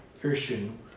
Christian